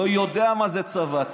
לא יודע מה זה צבא.